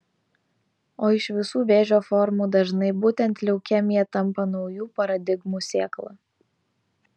o iš visų vėžio formų dažnai būtent leukemija tampa naujų paradigmų sėkla